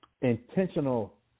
intentional